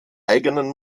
eigenen